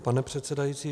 Pane předsedající.